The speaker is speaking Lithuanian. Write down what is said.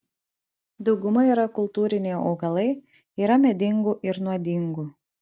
dauguma yra kultūriniai augalai yra medingų ir nuodingų